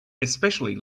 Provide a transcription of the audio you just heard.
especially